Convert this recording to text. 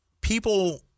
people